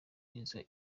mwiza